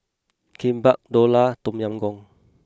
Kimbap Dhokla Tom Yam Goong